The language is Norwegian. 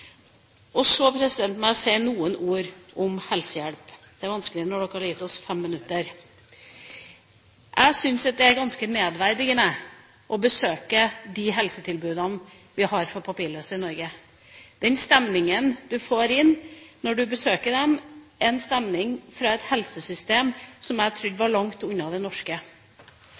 Så må jeg si noen ord om helsehjelp – det er vanskelig når vi bare har 5 minutter. Jeg syns det er ganske nedverdigende å besøke de helsetilbudene vi har for papirløse i Norge. Den stemninga du får inn når du besøker dem, er en stemning fra et helsesystem som jeg trodde var langt unna det norske.